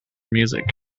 music